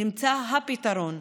נמצא הפתרון,